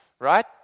right